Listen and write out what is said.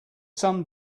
sun